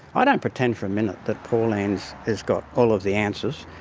ah don't pretend for a minute that pauline has got all of the answers.